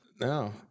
No